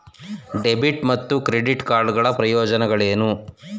Debit ಮತ್ತು credit card ಗಳ ಪ್ರಯೋಜನಗಳೇನು?